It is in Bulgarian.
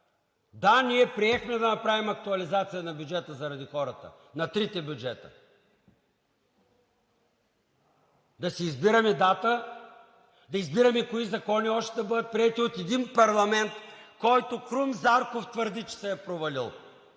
Да, ние приехме да направим актуализацията на трите бюджета заради хората – да си избираме дата, да избираме още кои закони да бъдат приети от един парламент, за който Крум Зарков твърди, че се е провалил.